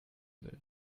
will